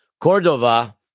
Cordova